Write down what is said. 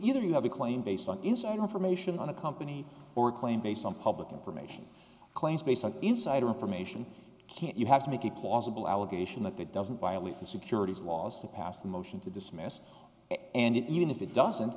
either you have a claim based on insider information on a company or a claim based on public information claims based on insider information can't you have to make a plausible allegation that that doesn't violate the securities laws to pass the motion to dismiss and even if it doesn't